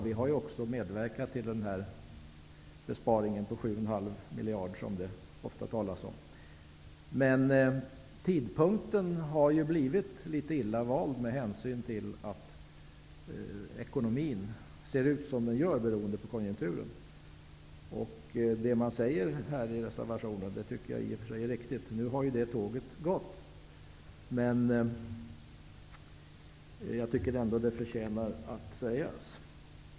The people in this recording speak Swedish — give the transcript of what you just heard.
Vi har ju också medverkat till besparingen på 7,5 miljarder som det ofta talas om. Tidpunkten för detta är ju litet illa vald med hänsyn till att ekonomin ser ut som den gör beroende på konjunkturen. Det som sägs i reservationen är i och för sig riktigt, men nu har ju det tåget gått. Jag tycker ändå att det förtjänar att sägas.